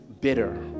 bitter